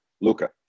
Luka